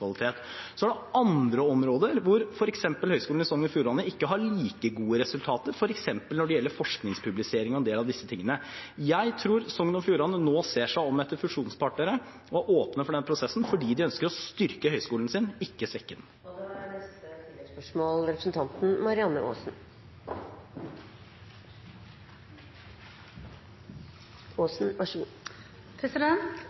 Så er det andre områder hvor f.eks. Høgskulen i Sogn og Fjordane ikke har like gode resultater, f.eks. når det gjelder forskningspublisering og en del av disse tingene. Jeg tror Høgskulen i Sogn og Fjordane nå ser seg om etter fusjonspartnere og åpner for den prosessen fordi de ønsker å styrke høyskolen sin – ikke svekke den.